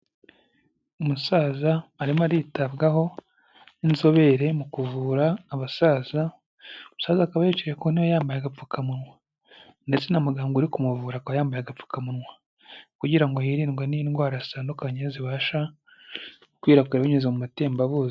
Umusaza arimo aritabwaho n'inzobere mu kuvura abasaza. Umusaza akaba yicaye ku ntebe yambaye agapfukamunwa, ndetse na muganga uri kumuvura akaba yambaye agapfukamunwa kugira ngo hirindwe n'indwara zitandukanye zibasha gukwirakwira binyuze mu matembabuzi.